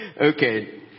Okay